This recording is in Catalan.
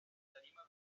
tarima